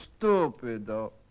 stupido